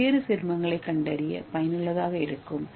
பல்வேறு சேர்மங்களைக் கண்டறிய பயனுள்ளதாக இருக்கும்